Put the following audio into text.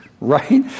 right